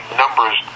numbers